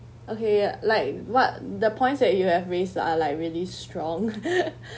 okay uh like what the points that you have raised lah like really strong